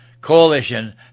coalition